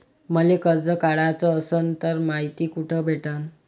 मले कर्ज काढाच असनं तर मायती कुठ भेटनं?